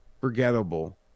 Forgettable